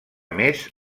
més